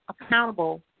accountable